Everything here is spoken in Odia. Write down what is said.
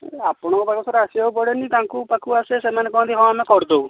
ଆପଣଙ୍କ ପାଖକୁ ଆସିବାକୁ ପଡ଼େନି ତାଙ୍କ ପାଖକୁ ଆସେ ସେମାନେ କୁହନ୍ତି ହଁ ଆମେ କରିଦେବୁ